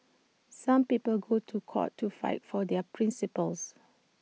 some people go to court to fight for their principles